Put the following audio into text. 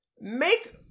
make